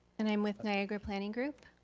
and i'm with niagara planning group.